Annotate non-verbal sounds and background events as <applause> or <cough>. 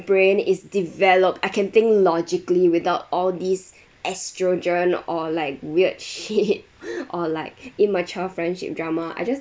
brain is developed I can think logically without all these estrogen or like weird shit <laughs> or like immature friendship drama I just